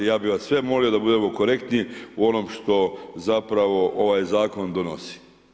Ja bih vas sve molio da budemo korektniji u onom što zapravo ovaj zakon donosi.